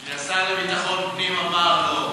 כי השר לביטחון פנים אמר לו.